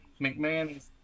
McMahon